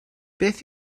beth